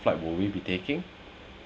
flight would we be taking